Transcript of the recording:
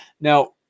now